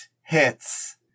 hits